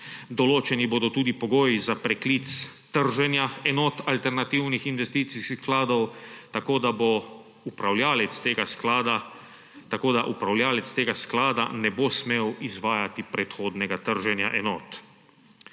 Določeni bodo tudi pogoji za preklic trženja enot alternativnih investicijskih skladov, tako da upravljavec tega sklada ne bo smel izvajati predhodnega trženja enot.